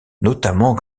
notamment